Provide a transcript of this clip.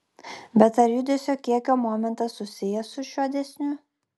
bet ar judesio kiekio momentas susijęs su šiuo dėsniu